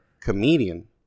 Comedian